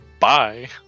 Bye